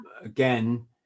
again